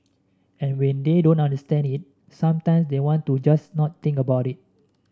and when they don't understand it sometimes they want to just not think about it